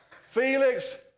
Felix